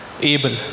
able